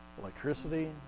electricity